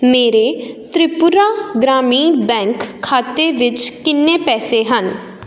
ਮੇਰੇ ਤ੍ਰਿਪੁਰਾ ਗ੍ਰਾਮੀਣ ਬੈਂਕ ਖਾਤੇ ਵਿੱਚ ਕਿੰਨੇ ਪੈਸੇ ਹਨ